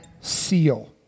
seal